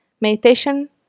Meditation